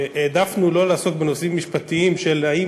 העדפנו לא לעסוק בנושאים משפטיים של האם